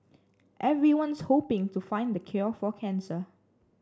everyone's hoping to find the cure for cancer